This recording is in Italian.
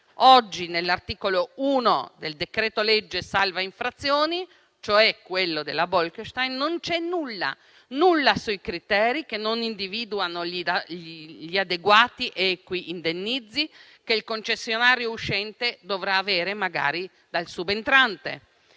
Oggi all'articolo 1 del decreto-legge salva infrazioni, cioè quello della Bolkestein, non vi è nulla sui criteri che individuano gli adeguati ed equi indennizzi che il concessionario uscente dovrà avere, magari dal subentrante.